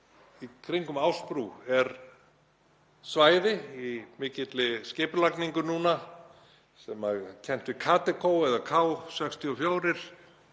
í kringum Ásbrú er svæði í mikilli skipulagningu núna sem er kennt við Kadeco eða K64.